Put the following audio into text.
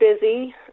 busy